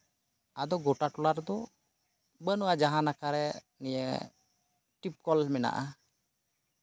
ᱟᱫᱚ ᱜᱳᱴᱟ ᱴᱚᱞᱟ ᱨᱮᱫᱚ ᱵᱟᱹᱱᱩᱜᱼᱟ ᱡᱟᱦᱟᱸ ᱱᱟᱠᱷᱟᱨᱮ ᱤᱭᱟᱹ ᱴᱤᱯᱠᱚᱞ ᱢᱮᱱᱟᱜᱼᱟ